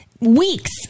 Weeks